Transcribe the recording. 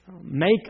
Make